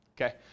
Okay